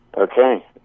Okay